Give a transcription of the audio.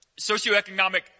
socioeconomic